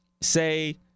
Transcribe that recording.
say